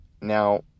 Now